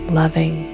loving